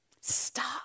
Stop